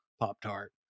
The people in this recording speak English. Pop-Tart